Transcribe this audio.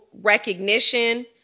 recognition